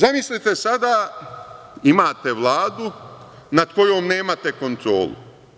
Zamislite sada imate Vladu nad kojom nemate kontrole.